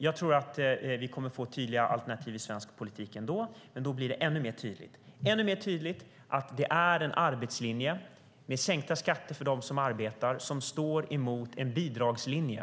Jag tror att vi kommer att få tydliga alternativ i svensk politik ändå, men då blir det ännu mer tydligt att det är en arbetslinje med sänkta skatter för dem som arbetar som står emot en bidragslinje.